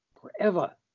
forever